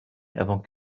avant